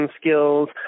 skills